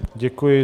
Děkuji.